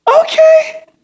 Okay